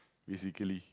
basically